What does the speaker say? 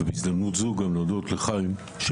ובהזדמנות זו גם להודות לחיים ביבס